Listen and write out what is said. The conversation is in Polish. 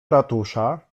ratusza